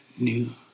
new